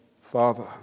Father